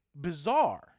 bizarre